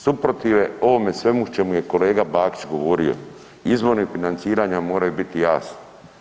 Suprotive ovome svemu o čemu je kolega Bakić govorio, izori financiranja moraju biti jasni.